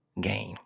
game